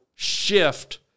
shift